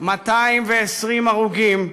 220 הרוגים,